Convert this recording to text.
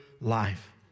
life